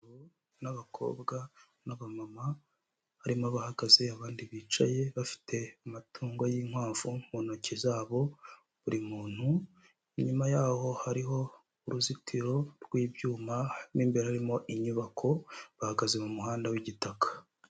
Abakobwa n'abamama barimo bahagaze abandi bicaye bafite amatungo y'inkwavu mu ntoki zabo buri muntu, inyuma yaho hariho uruzitiro rw'ibyuma n'imbere harimo inyubako bahagaze mu muhanda w'igitaka.